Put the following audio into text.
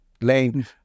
Lane